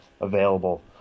available